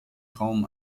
raum